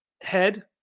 head